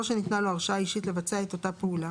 שניתנה לו הרשאה אישית לבצע את אותה פעולה